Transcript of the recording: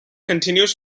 continues